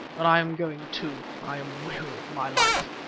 but i am going too. i am weary of my life.